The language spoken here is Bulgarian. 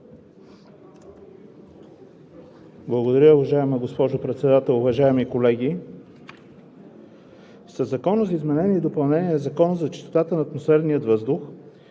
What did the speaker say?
Благодаря. Уважаема госпожо Председател, уважаеми колеги! Със Законопроекта за изменение и допълнение на Закона за чистота на атмосферния въздух,